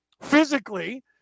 Physically